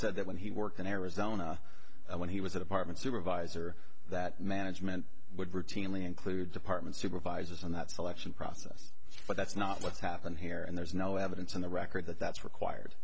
so that when he worked in arizona when he was a department supervisor that management would routinely include department supervisors and that selection process but that's not what's happened here and there's no evidence on the record that that's required